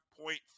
point